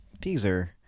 teaser